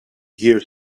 here